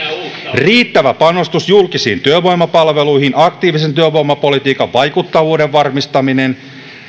riittävä panostus julkisiin työvoimapalveluihin aktiivisen työvoimapolitiikan vaikuttavuuden varmistaminen